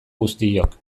guztiok